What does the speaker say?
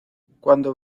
cuando